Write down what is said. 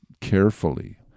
carefully